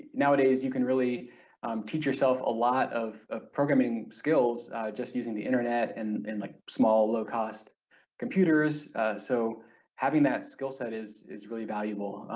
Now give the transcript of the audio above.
nowadays you can really teach yourself a lot of ah programming skills just using the internet and like small low-cost computers so having that skill set is is really valuable,